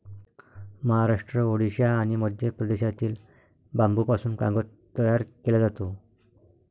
महाराष्ट्र, ओडिशा आणि मध्य प्रदेशातील बांबूपासून कागद तयार केला जातो